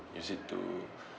use it to